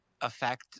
affect